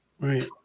Right